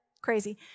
crazy